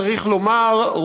צריך לומר,